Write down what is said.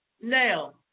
Now